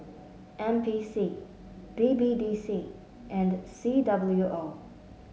N P C B B D C and C W O